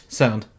sound